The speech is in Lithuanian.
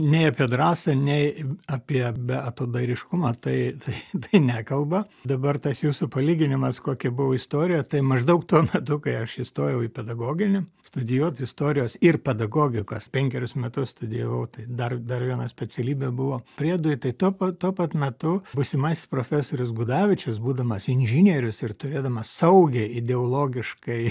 nei apie drąsą nei apie beatodairiškumą tai tai tai nekalba dabar tas jūsų palyginimas kokia buvo istorija tai maždaug tuo metu kai aš įstojau į pedagoginį studijuot istorijos ir pedagogikos penkerius metus studijavau tai dar dar viena specialybė buvo priedui tai tuo pat tuo pat metu būsimasis profesorius gudavičius būdamas inžinierius ir turėdamas saugiai ideologiškai